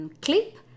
clip